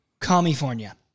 California